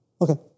Okay